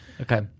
Okay